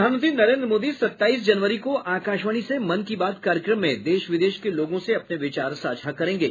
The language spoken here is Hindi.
प्रधानमंत्री नरेन्द्र मोदी सत्ताईस जनवरी को आकाशवाणी से मन की बात कार्यक्रम में देश विदेश के लोगों से अपने विचार साझा करेंगे